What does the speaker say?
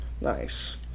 Nice